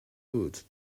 woods